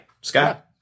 Scott